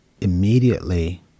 Immediately